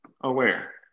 aware